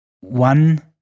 one